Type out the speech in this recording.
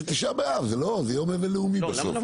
זה תשעה באב, זה יום אבל לאומי בסוף.